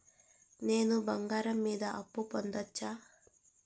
నేను బంగారం మీద అప్పు పొందొచ్చా?